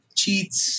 cheats